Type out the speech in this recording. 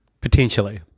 Potentially